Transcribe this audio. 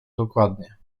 dokładnie